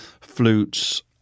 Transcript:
flutes